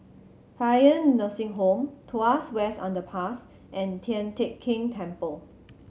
Paean Nursing Home Tuas West Underpass and Tian Teck Keng Temple